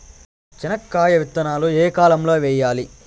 చెనక్కాయ విత్తనాలు ఏ కాలం లో వేయాలి?